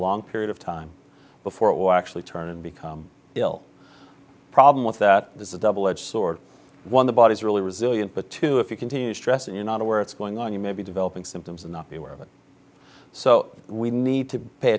long period of time before actually turn and become ill a problem with that is a double edged sword one the body's really resilient but two if you continue stress and you're not aware it's going on you may be developing symptoms and not be aware of it so we need to pay